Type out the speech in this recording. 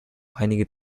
einige